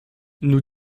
nous